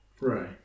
Right